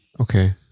Okay